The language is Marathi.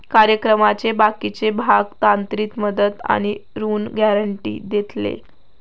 कार्यक्रमाचे बाकीचे भाग तांत्रिक मदत आणि ऋण गॅरेंटी देतले